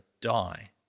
die